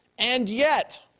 and yet